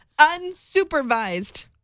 unsupervised